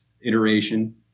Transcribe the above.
iteration